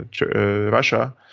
Russia